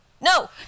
No